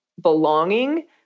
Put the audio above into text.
belonging